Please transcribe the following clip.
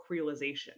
creolization